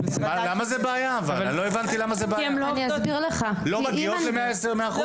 הן לא מגיעות ל-100%?